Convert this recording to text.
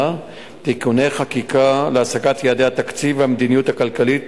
(תיקוני חקיקה להשגת יעדי התקציב והמדיניות הכלכלית